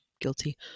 guilty